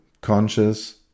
conscious